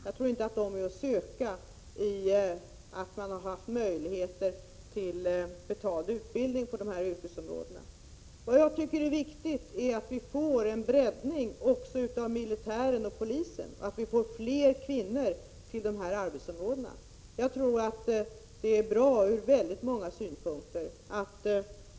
Jag tror inte att de orsakerna är att söka i att man haft möjlighet till betald utbildning. Vad jag tycker är viktigt är att vi får en breddning också inom militären och polisen, att vi får fler kvinnor till de arbetsområdena. Jag tror att det är bra ur många synpunkter.